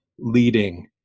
Leading